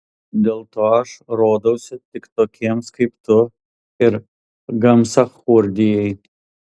dėl to aš rodausi tik tokiems kaip tu ir gamsachurdijai